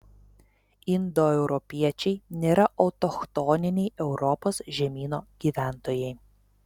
indoeuropiečiai nėra autochtoniniai europos žemyno gyventojai